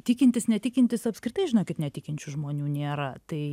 tikintis netikintis apskritai žinokit netikinčių žmonių nėra tai